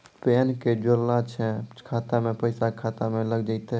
Pan ने जोड़लऽ छै खाता मे पैसा खाता मे लग जयतै?